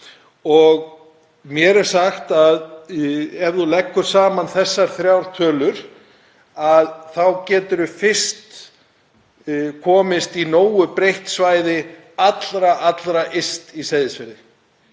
Og mér er sagt að ef þú leggur saman þessar þrjár tölur þá getir þú fyrst komist í nógu breitt svæði allra, allra yst í Seyðisfirði.